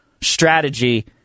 strategy